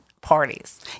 parties